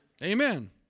Amen